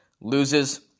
Loses